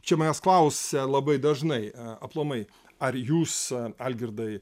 čia manęs klausia labai dažnai aplamai ar jūs algirdai